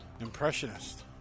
Impressionist